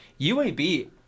UAB